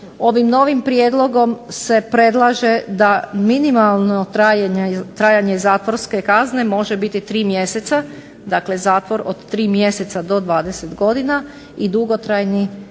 Ovim novim prijedlogom se predlaže da minimalno trajanje zatvorske kazne može biti 3 mjeseca, dakle zatvor od 3 mjeseca do 20 godina i dugotrajni zatvor